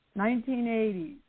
1980s